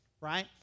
Right